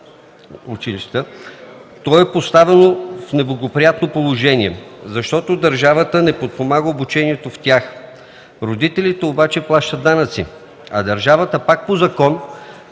то е поставено в неблагоприятно положение, защото държавата не подпомага обучението в тях. Родителите обаче плащат данъци, а държавата пак по закон